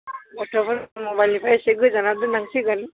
गथ'फोरखौ मबाइलनिफ्राय इसे गोजानाव दोननांसिगोन